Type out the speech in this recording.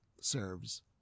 serves